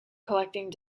collecting